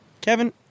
Kevin